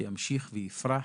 שימשיך ויפרח.